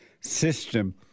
system